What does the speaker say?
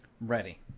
Ready